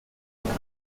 und